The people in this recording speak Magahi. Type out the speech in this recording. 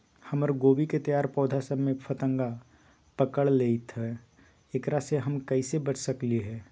हमर गोभी के तैयार पौधा सब में फतंगा पकड़ लेई थई एकरा से हम कईसे बच सकली है?